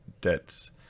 debts